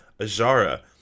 Azara